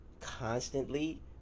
constantly